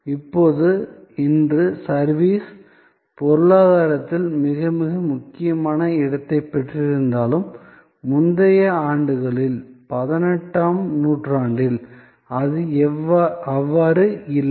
இப்போது இன்று சர்விஸ் பொருளாதாரத்தில் மிக மிக முக்கியமான இடத்தைப் பெற்றிருந்தாலும் முந்தைய ஆண்டுகளில் 18 ஆம் நூற்றாண்டில் அது அவ்வாறு இல்லை